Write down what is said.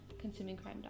consumingcrime.com